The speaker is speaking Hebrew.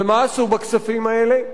ומה עשו בכספים האלה?